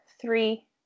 three